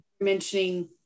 mentioning